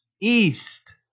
East